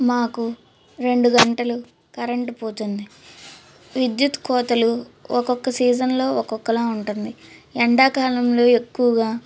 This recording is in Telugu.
మాకు రెండు గంటలు కరెంట్ పోతుంది విద్యుత్ కోతలు ఒక్కొక్క సీజన్లో ఒక్కొక్కలా ఉంటుంది ఎండాకాలంలో ఎక్కువగా